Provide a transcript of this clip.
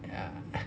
ya